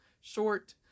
short